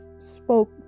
spoke